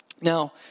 Now